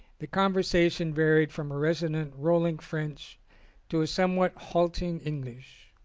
the conversation varied from a resonant, rolling french to a somewhat halting english.